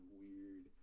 weird